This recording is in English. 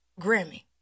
Grammy